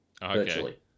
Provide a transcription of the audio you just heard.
virtually